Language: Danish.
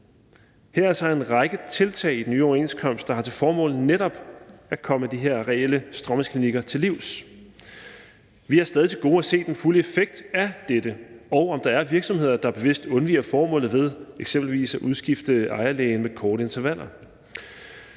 Her er altså en række tiltag i den nye overenskomst, der har til formål netop at komme de her reelle stråmandsklinikker til livs. Vi har stadig til gode at se den fulde effekt af dette, og om der er virksomheder, der bevidst undviger formålet ved eksempelvis at udskifte ejerlægen med korte intervaller.